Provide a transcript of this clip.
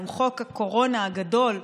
עם חוק הקורונה הגדול,